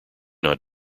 not